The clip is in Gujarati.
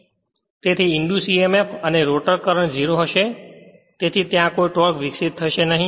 અને તેથી ઇંડ્યુસ emf અને રોટર કરંટ 0 હશે અને તેથી કોઈ ટોર્ક વિકસિત થશે નહી